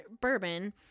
bourbon